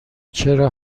چرا